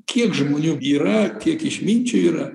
kiek žmonių yra tiek išminčių yra